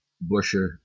Busher